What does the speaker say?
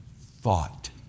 thought